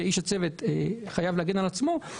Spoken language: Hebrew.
שאיש הצוות חייב להגן על עצמו,